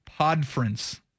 Podference